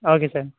okay sir